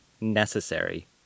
necessary